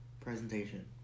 presentation